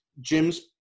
Jim's –